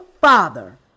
father